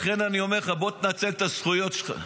לכן, אני אומר לך: בוא, תנצל את הזכויות שלך.